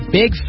big